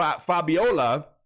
Fabiola